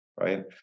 right